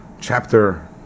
Chapter